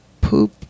poop